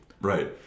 Right